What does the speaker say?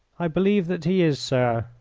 i believe that he is, sir,